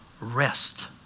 rest